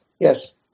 Yes